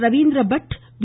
Ravindra Bhat we